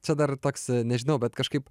čia dar toks nežinau bet kažkaip